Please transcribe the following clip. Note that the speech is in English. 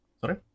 Sorry